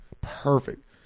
perfect